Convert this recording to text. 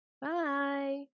Bye